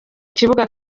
kibuga